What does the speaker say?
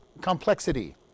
complexity